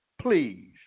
please